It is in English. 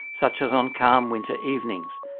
such as on calm winter evenings.